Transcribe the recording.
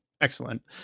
excellent